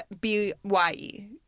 B-Y-E